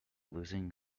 losing